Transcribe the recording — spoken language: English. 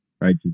right